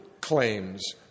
claims